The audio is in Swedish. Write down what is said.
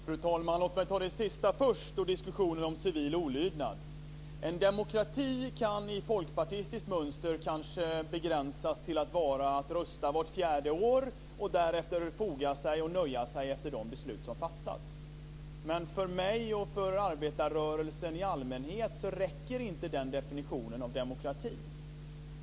Fru talman! Låt mig ta det sista först, dvs. diskussionen om civil olydnad. Demokrati efter folkpartistiskt mönster kan kanske begränsas till att rösta vart fjärde år och därefter foga sig efter och nöja sig med de beslut som fattas. Men för mig och för arbetarrörelsen i allmänhet räcker inte den definitionen av demokrati.